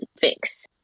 fix